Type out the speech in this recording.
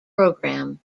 program